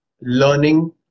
learning